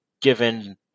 given